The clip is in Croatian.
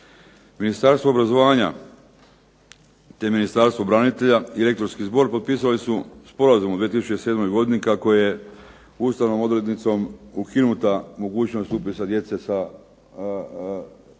Ministarstvo obrazovanja te Ministarstvo branitelja i Rektorski zbor potpisali su sporazum u 2007. godini kako je ustavnom odrednicom ukinuta mogućnost upisa djece sa visoka